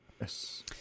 yes